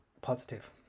positive